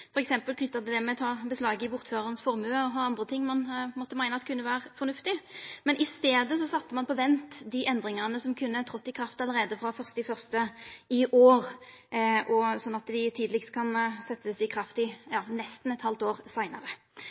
til det med å ta beslag i bortføraren sin formue og andre ting ein meiner kunne ha vore fornuftig. Men i staden sette ein på vent dei endringane som kunne ha tredd i kraft allereie frå 1. januar i år, sånn at dei tidlegast kan setjast i kraft nesten eit halvt år seinare.